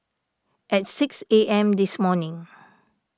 at six A M this morning